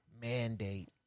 mandate